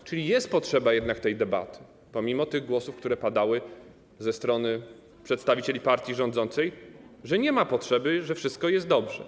A więc jest jednak potrzeba tej debaty pomimo tych głosów, które padały ze strony przedstawicieli partii rządzącej, że nie ma potrzeby i że wszystko jest dobrze.